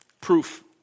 Proof